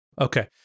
Okay